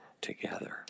together